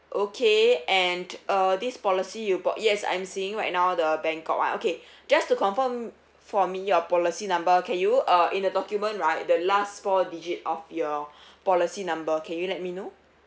okay and uh this policy you bought yes I'm seeing right now the bangkok [one] okay just to confirm for me your policy number can you uh in the document right the last four digit of your policy number can you let me know